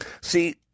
See